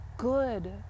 good